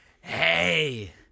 hey